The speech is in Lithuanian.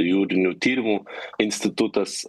jūrinių tyrimų institutas